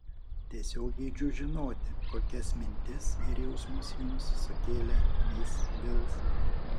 tiesiog geidžiu žinoti kokias mintis ir jausmus jums sukėlė mis vils